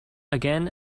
again